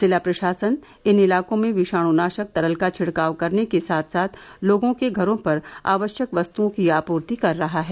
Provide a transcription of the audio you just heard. जिला प्रशासन इन इलाकों में विषाणुनाशक तरल का छिड़काव करने के साथ साथ लोगों के घरों पर आवश्यक वस्तुओं की आपूर्ति कर रहा है